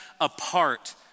apart